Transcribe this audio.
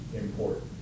important